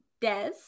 des